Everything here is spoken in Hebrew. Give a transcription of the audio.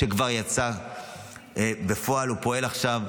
שכבר יצא ובפועל הוא פועל עכשיו.